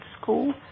school